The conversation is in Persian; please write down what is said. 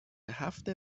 هفت